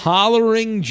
Hollering